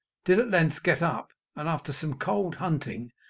did at length get up, and, after some cold hunting,